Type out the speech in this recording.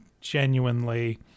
genuinely